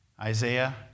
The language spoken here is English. Isaiah